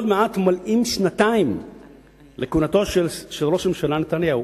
עוד מעט ימלאו שנתיים לכהונתו של ראש הממשלה נתניהו.